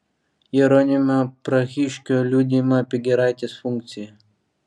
jeronimo prahiškio liudijimą apie giraitės funkciją